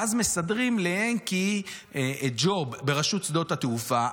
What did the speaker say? ואז מסדרים לינקי ג'וב ברשות שדות התעופה.